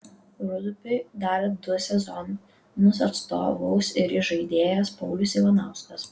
rūdupiui dar du sezonus atstovaus ir įžaidėjas paulius ivanauskas